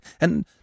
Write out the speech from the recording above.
and